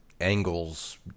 angles